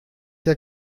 der